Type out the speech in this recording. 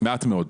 מעט מאוד.